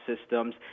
systems